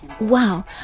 wow